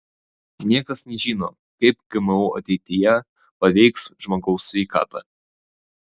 niekas nežino kaip gmo ateityje paveiks žmogaus sveikatą